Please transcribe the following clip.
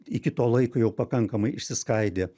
iki to laiko jau pakankamai išsiskaidė